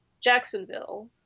Jacksonville